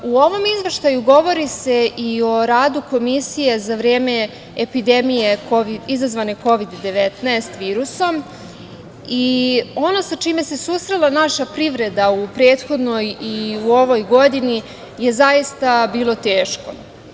U ovom izveštaju govori se i o radu Komisije za vreme epidemije izazvane Kovid 19 virusom i ono sa čime se susrela naša privreda u prethodnoj i u ovoj godini je zaista bilo teško.